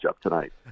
tonight